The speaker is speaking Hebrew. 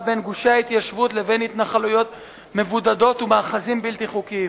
בין גושי ההתיישבות לבין התנחלויות מבודדות ומאחזים בלתי חוקיים.